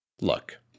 Look